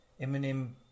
Eminem